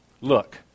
Look